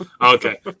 Okay